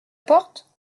porte